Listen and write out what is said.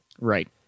Right